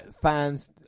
Fans